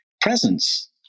presence